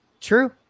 True